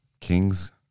Kings